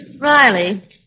Riley